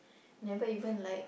never even like